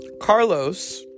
Carlos